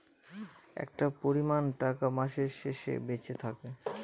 একটা পরিমান টাকা মাসের শেষে বেঁচে থাকে